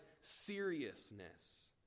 seriousness